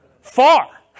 Far